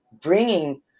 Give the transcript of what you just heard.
bringing